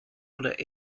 oder